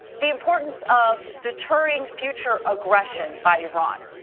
the importance of deterring future aggression by iran.